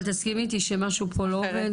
אבל תסכימי איתי שמשהו פה לא עובד,